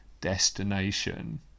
destination